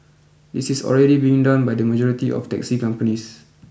this is already being done by the majority of taxi companies